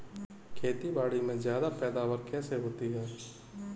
खेतीबाड़ी में ज्यादा पैदावार कैसे होती है?